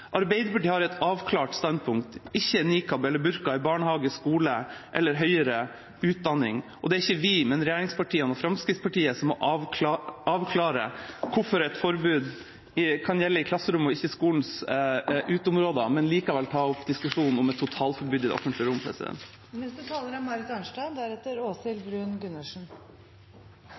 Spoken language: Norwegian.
Arbeiderpartiet har et avklart standpunkt: ikke nikab eller burka i barnehage, skole eller høyere utdanning. Det er ikke vi, men regjeringspartiene og Fremskrittspartiet som må avklare hvorfor et forbud kan gjelde i klasserom og ikke på skolens uteområder, men likevel tar opp diskusjonen om et totalforbud i det offentlige rom.